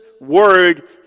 word